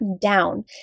down